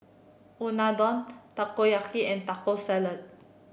Unadon Takoyaki and Taco Salad